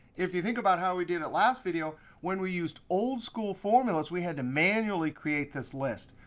if you think about how we did it last video, when we used old school formulas we had to manually create this list.